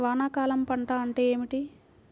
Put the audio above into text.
వానాకాలం పంట అంటే ఏమిటి?